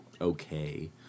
okay